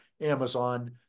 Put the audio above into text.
Amazon